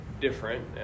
Different